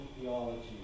Theology